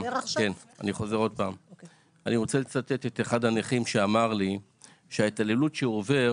אני רוצה לצטט את אחד הנכים שאמר לי שההתעללות שהוא עובר,